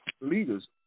leaders